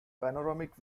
panoramic